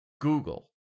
Google